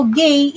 gay